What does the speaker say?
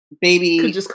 Baby